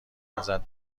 نظر